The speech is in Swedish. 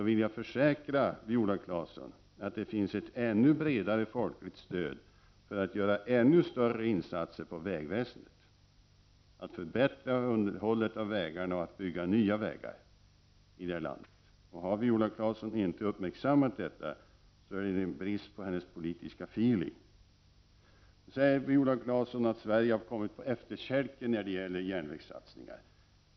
Jag kan försäkra Viola Claesson att det finns ett ännu bredare folkligt stöd för att göra ännu större insatser på vägväsendet, att förbättra underhållet av vägarna och att bygga nya vägar i det här landet. Har inte Viola Claesson uppmärksammat detta, så räcker inte hennes politiska ”feeling”. Sverige har kommit på efterkälken när det gäller järnvägssatsningar, sade Viola Claesson.